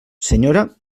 senyora